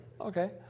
Okay